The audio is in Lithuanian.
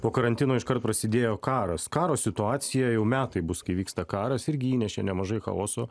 po karantino iškart prasidėjo karas karo situacija jau metai bus kai vyksta karas irgi įnešė nemažai chaoso